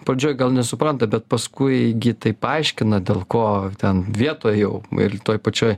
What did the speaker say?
pradžioj gal nesupranta bet paskui gi tai paaiškina dėl ko ten vietoj jau ir toj pačioj